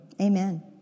Amen